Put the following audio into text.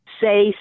say